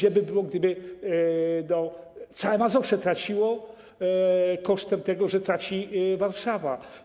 Źle by było, gdyby całe Mazowsze traciło kosztem tego, ze traci Warszawa.